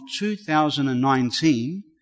2019